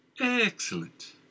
Excellent